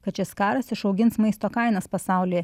kad šis karas išaugins maisto kainas pasauly